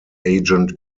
agent